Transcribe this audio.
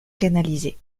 canalisée